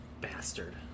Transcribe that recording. Bastard